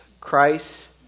Christ